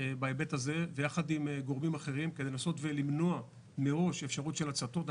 בהיבט הזה ויחד עם גורמים אחרים כדי לנסות למנוע מראש אפשרות של הצתות.